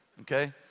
okay